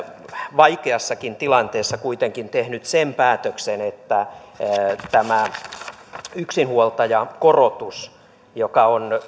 vaikeassakin tilanteessa kuitenkin tehnyt sen päätöksen että tämä yksinhuoltajakorotus joka on